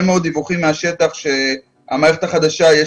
מאוד דיווחים מהשטח שיש בעיות עם המערכת החדשה ולוקח